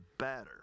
better